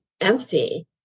empty